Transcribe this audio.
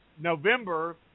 November